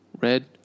red